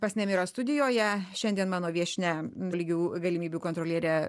pas nemirą studijoje šiandien mano viešnia lygių galimybių kontrolierė